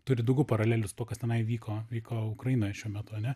turi daugiau paralelių su tuo kas tenai vyko vyko ukrainoj šiuo metu ane